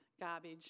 garbage